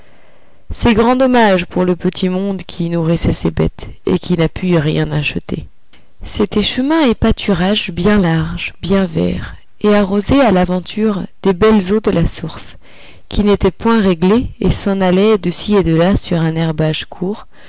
c'est grand dommage pour le petit monde qui y nourrissait ses bêtes et qui n'a pu y rien acheter c'était chemin et pâturage bien large bien vert et arrosé à l'aventure des belles eaux de la source qui n'étaient point réglées et s'en allaient de ci et de là sur un herbage court